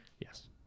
yes